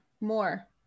more